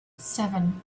seven